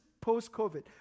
post-COVID